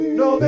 no